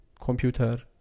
computer